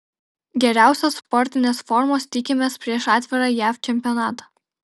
geriausios sportinės formos tikimės prieš atvirą jav čempionatą